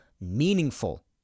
meaningful